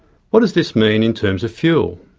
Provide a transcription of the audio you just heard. what does this mean in terms of fuel?